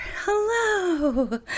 Hello